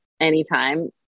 anytime